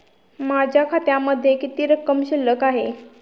माझ्या खात्यामध्ये किती रक्कम शिल्लक आहे?